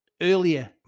earlier